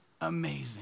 amazing